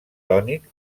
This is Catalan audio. tònic